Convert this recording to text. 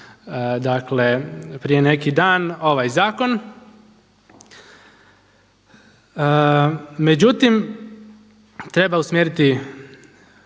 dakle prije neki dan ovaj zakon. Međutim, treba usmjeriti